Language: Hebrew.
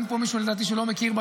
אין פה מישהו שלא מכיר,